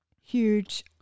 huge